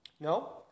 No